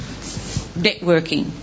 networking